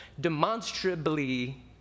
demonstrably